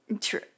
True